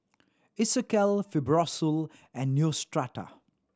Isocal Fibrosol and Neostrata